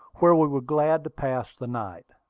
where we were glad to pass the night.